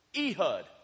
Ehud